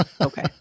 Okay